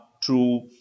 true